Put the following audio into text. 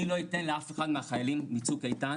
אני לא אתן לאף אחד מהחיילים מצוק איתן